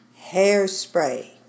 Hairspray